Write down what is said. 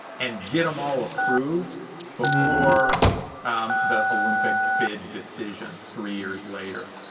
and get them all approved before the olympic bid decision three years later.